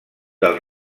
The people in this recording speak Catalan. del